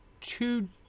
two